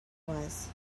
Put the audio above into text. was